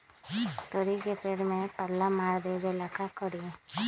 तोड़ी के पेड़ में पल्ला मार देबे ले का करी?